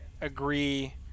agree